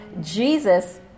Jesus